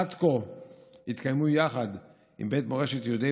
עד כה התקיימו יחד עם בית מורשת יהודי